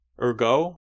Ergo